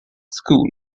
school